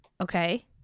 Okay